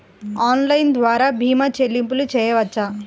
Online ద్వార భీమా చెల్లింపులు చేయవచ్చా?